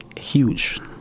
huge